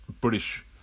British